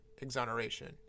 exoneration